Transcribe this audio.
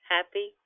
Happy